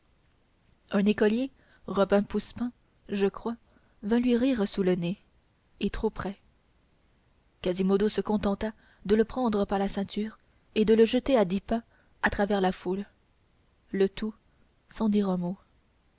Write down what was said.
un écolier robin poussepain je crois vint lui rire sous le nez et trop près quasimodo se contenta de le prendre par la ceinture et de le jeter à dix pas à travers la foule le tout sans dire un mot